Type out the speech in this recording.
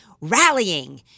Rallying